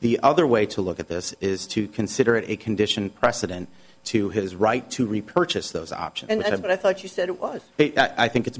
the other way to look at this is to consider it a condition precedent to his right to repurchase those options and but i thought you said it was i think it's